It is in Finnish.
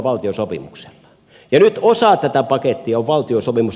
ja nyt osa tätä pakettia on valtiosopimus